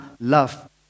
love